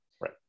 Right